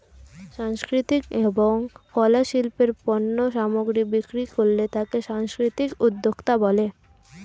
সাংস্কৃতিক এবং কলা শিল্পের পণ্য সামগ্রী বিক্রি করলে তাকে সাংস্কৃতিক উদ্যোক্তা বলে